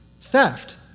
Theft